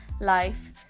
life